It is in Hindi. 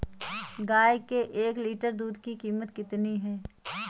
गाय के एक लीटर दूध की कीमत कितनी है?